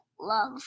love